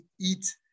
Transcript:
eat